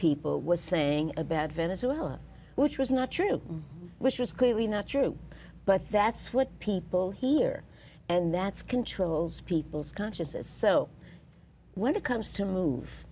people were saying about venezuela which was not true which was clearly not true but that's what people hear and that's controls people's consciousness so when it comes to move